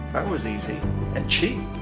was easy and cheap.